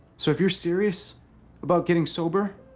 so if you're serious about getting sober,